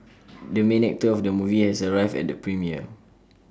the main actor of the movie has arrived at the premiere